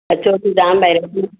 अचो अचो जाम वैराइटी